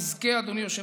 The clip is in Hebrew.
נזכה, אדוני היושב-ראש,